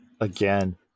Again